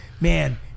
man